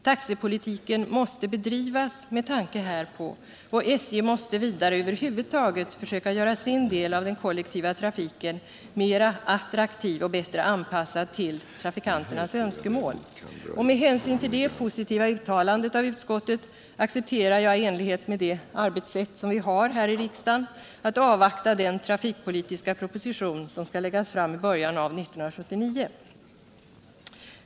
Taxepolitiken måste bedrivas med tanke härpå och SJ måste vidare över huvud taget försöka göra sin del av den kollektiva trafiken mera attraktiv och bättre anpassad till trafikanternas önskemål.” Med hänsyn till det positiva uttalandet av utskottet accepterar jag, i enlighet med det arbetssätt vi har här i riksdagen, att avvakta den trafikpolitiska proposition som skall läggas fram i början av 1979.